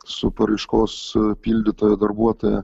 su paraiškos pildytojo darbuotoja